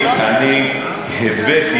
הבאתי,